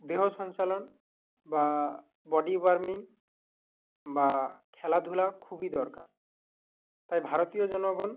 দেহ সঞ্চালন বা বডি ওয়ারমিং বা খেলাধুলা খুবই দরকার তাই ভারতীয় জনগণ